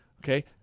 okay